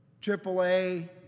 Triple-A